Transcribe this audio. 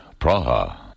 Praha